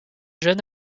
jeune